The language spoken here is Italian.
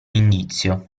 indizio